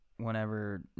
Whenever